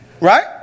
Right